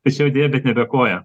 tai čia jau deja bet nebe koja